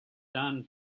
done